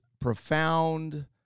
profound